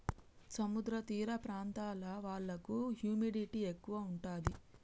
సముద్ర తీర ప్రాంతాల వాళ్లకు హ్యూమిడిటీ ఎక్కువ ఉంటది